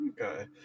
Okay